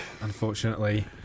unfortunately